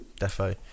defo